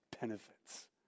benefits